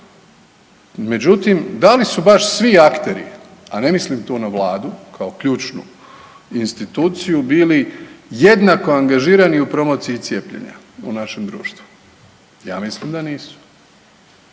Međutim, da li su baš svi akteri a ne mislim tu na Vladu kao ključnu instituciju bili jednako angažirani u promociji cijepljenja u našem društvu. Ja mislim da nisu.